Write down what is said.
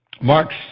marks